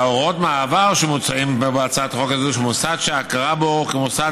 הוראות המעבר שמוצעות בהצעת החוק הזה: "מוסד שההכרה בו כמוסד